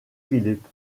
philippe